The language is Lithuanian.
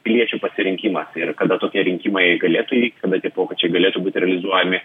piliečių pasirinkimas ir kada tokie rinkimai galėtų įvykti bet tie pokyčiai galėtų būti realizuojami